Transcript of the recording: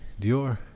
Dior